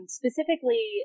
specifically